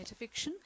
metafiction